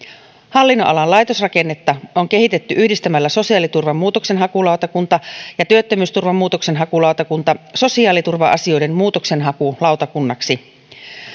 hallinnonalan laitosrakennetta on kehitetty yhdistämällä sosiaaliturvan muutoksenhakulautakunta ja työttömyysturvan muutoksenhakulautakunta sosiaaliturva asioiden muutoksenhakulautakunnaksi